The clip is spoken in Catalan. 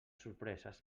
sorpreses